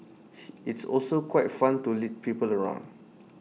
it's also quite fun to lead people around